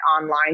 online